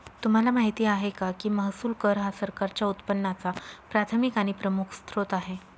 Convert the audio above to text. तुम्हाला माहिती आहे का की महसूल कर हा सरकारच्या उत्पन्नाचा प्राथमिक आणि प्रमुख स्त्रोत आहे